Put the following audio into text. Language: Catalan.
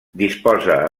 disposa